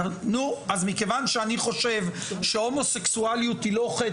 נו אז מכיוון שאני חושב שהומוסקסואליות היא לא חטא,